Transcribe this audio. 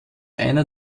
einer